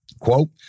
Quote